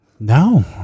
No